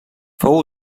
fou